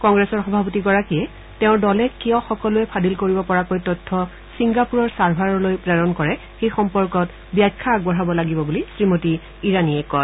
কংগ্ৰেছৰ সভাপতিগৰাকীয়ে তেওঁৰ দলে কিয় সকলোৱে ফাদিল কৰিব পৰাকৈ তথ্য চিংগাপুৰৰ ছাৰ্ভাৰলৈ প্ৰেৰণ কৰে সেই সম্পৰ্কত ব্যাখ্যা আগবঢ়াব লাগিব বুলি শ্ৰীমতী ইৰাণীয়ে কয়